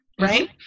right